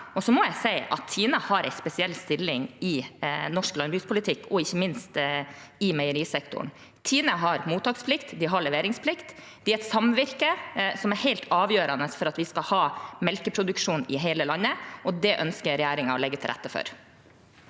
gjøre endringer. Tine har en spesiell stilling i norsk landbrukspolitikk og ikke minst i meierisektoren. Tine har mottaksplikt og leveringsplikt. Det er et samvirke som er helt avgjørende for å ha melkeproduksjon i hele landet. Det ønsker regjeringen å legge til rette for.